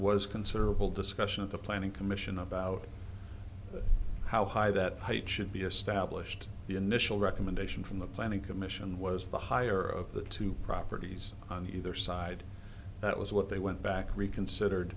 was considerable discussion of the planning commission about how high that height should be established the initial recommendation from the planning commission was the higher of the two properties on either side that was what they went back reconsider